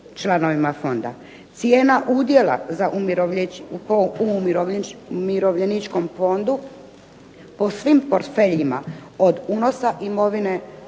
članovima fonda. Cijena udjela po umirovljeničkom fondu po svim portfeljima, od unosa imovine